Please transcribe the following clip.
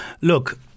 look